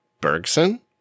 Bergson